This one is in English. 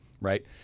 right